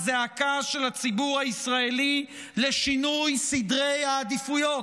הזעקה של הציבור הישראלי לשינוי סדרי העדיפויות,